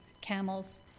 camels